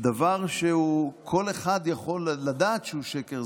דבר שכל אחד יכול לדעת שהוא שקר,